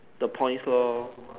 the points lor